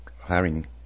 hiring